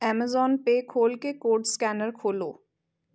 Amazon Pay ਖੋਲ੍ਹ ਕੇ code scanner ਖੋਲ੍ਹੋ